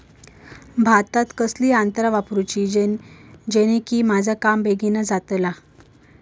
भातात कसली यांत्रा वापरुची जेनेकी माझा काम बेगीन जातला?